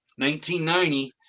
1990